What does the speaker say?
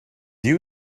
you